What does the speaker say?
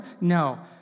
No